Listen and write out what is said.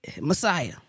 Messiah